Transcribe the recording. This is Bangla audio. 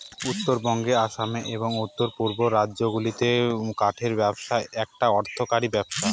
উত্তরবঙ্গে আসামে এবং উত্তর পূর্বের রাজ্যগুলাতে কাঠের ব্যবসা একটা অর্থকরী ব্যবসা